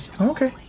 Okay